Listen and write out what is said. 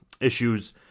issues